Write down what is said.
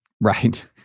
Right